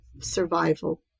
survival